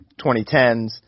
2010s